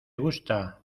gusta